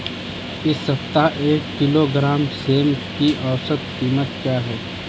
इस सप्ताह एक किलोग्राम सेम की औसत कीमत क्या है?